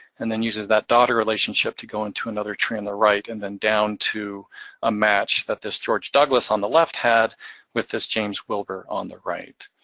and then uses that daughter relationship to go into another tree on the right and then down to a match that this george douglas on the left had with the james wilbur on the right.